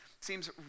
seems